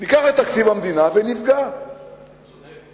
ניקח את תקציב המדינה ונפגע, אתה צודק.